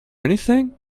anything